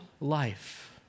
life